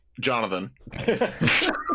jonathan